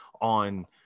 on –